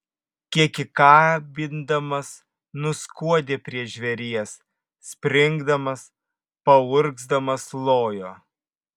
kiek įkabindamas nuskuodė prie žvėries springdamas paurgzdamas lojo